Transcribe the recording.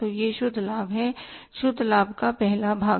तो यह शुद्ध लाभ है शुद्ध लाभ का पहला भाग